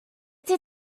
did